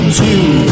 two